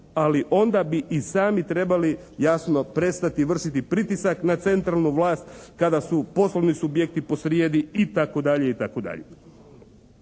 ali onda bi i sami trebali jasno prestati vršiti pritisak na centralnu vlast kada su poslovni subjekti posrijedi i